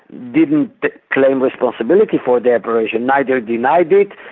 didn't claim responsibilities for the operation, neither denied it,